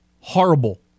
Horrible